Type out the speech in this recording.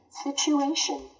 situation